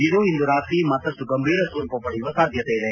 ಇದು ಇಂದು ರಾತ್ರಿ ಮತ್ತಪ್ಟು ಗಂಭೀರ ಸ್ವರೂಪ ತಳೆಯುವ ಸಾಧ್ಯತೆ ಇದೆ